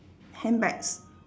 handbags